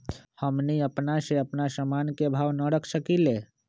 हमनी अपना से अपना सामन के भाव न रख सकींले?